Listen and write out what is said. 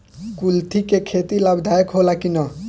कुलथी के खेती लाभदायक होला कि न?